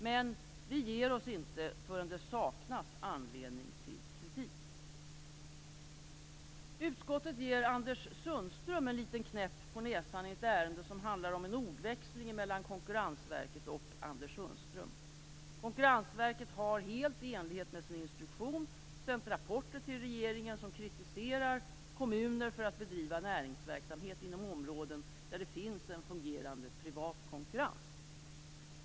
Men vi ger oss inte förrän det saknas anledning till kritik. Utskottet ger Anders Sundström en liten knäpp på näsan i ett ärende som handlar om en ordväxling mellan Konkurrensverket och Anders Sundström. Konkurrensverket har helt i enlighet med sin instruktion sänt rapporter till regeringen, som kritiserar kommuner för att bedriva näringsverksamhet inom områden där det finns en fungerande privat konkurrens.